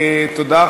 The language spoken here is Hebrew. תודה.